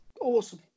awesome